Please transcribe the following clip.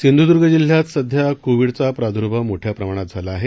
सिंधूदुर्ग जिल्ह्यात सध्या कोव्हीडचा प्रादुर्भाव मोठ्या प्रमाणात झाला आहे